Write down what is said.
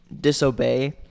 disobey